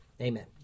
Amen